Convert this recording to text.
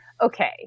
okay